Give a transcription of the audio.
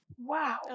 Wow